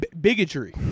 Bigotry